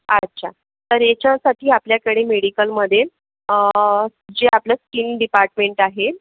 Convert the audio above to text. अच्छा तर याच्यासाठी आपल्याकडे मेडिकलमध्ये जे आपलं स्किन डिपार्टमेंट आहे